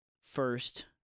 first